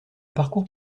parcours